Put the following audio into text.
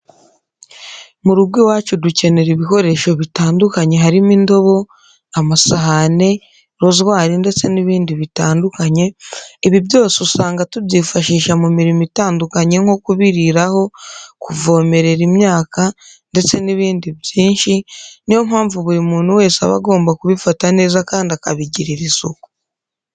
Mu rugo iwacu dukenera ibikoresho bitandukanye harimo indobo, amasahane, rozwari ndetse n'ibindi bitandukanye, ibi byose usanga tubyifashisha mu mirimo itandukanye nko kubiriraho, kuvomerera imyaka ndetse n'ibindi byinshi, niyo mpamvu buri muntu wese aba agomba kubifata neza kandi akabigirira isuku.